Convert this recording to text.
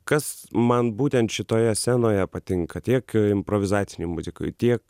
kas man būtent šitoje scenoje patinka tiek improvizacinėje muzikoj tiek